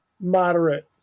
moderate